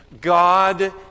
God